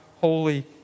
holy